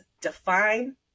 define